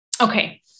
Okay